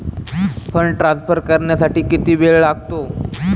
Fund transfer करण्यासाठी किती वेळ लागतो?